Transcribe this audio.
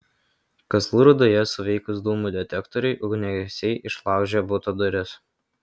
kazlų rūdoje suveikus dūmų detektoriui ugniagesiai išlaužė buto duris